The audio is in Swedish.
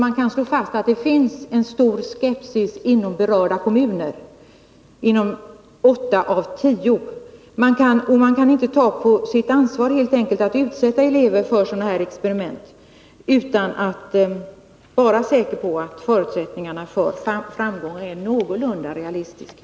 Man kan slå fast att det finns en stor skepsis inom åtta av tio berörda kommuner. Man kan helt enkelt inte ta på sitt ansvar att utsätta elever för sådana här experiment utan att vara säker på att förutsättningarna för framgång är någorlunda realistiska.